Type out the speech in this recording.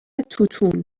توتون